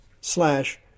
slash